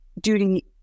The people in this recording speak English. duty